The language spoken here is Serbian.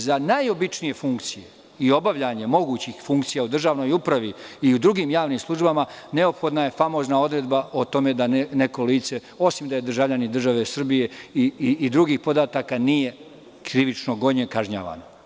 Za najobičnije funkcije i obavljanje mogućih funkcija u državnoj upravi i u drugim javnim službama neophodna je famozna odredba o tome da neko lice, osim da je državljanin države Srbije i drugih podataka, nije krivično gonjeno, odnosno kažnjavano.